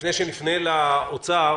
לפני שנפנה לאוצר